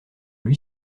lui